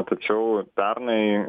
tačiau pernai